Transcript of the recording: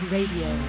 Radio